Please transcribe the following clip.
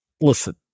listen